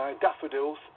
daffodils